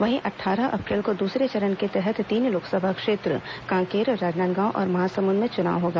वहीं अट्ठारह अप्रैल को दूसरे चरण के तहत तीन लोकसभा क्षेत्र कांकेर राजनांदगांव और महासमुंद में चुनाव होगा